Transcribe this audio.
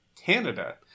Canada